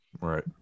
Right